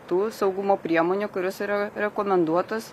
tų saugumo priemonių kurios yra rekomenduotos